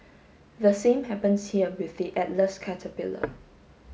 the same happens here with the Atlas caterpillar